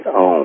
own